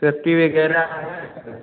safety वगैरह है